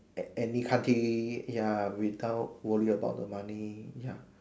at any country ya without worry about the money ya